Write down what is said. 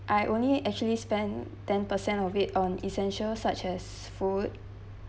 I only actually spend ten percent of it on essentials such as food